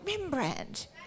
Rembrandt